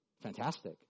Fantastic